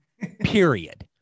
Period